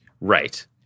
Right